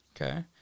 Okay